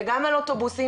וגם על אוטובוסים.